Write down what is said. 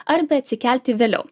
arba atsikelti vėliau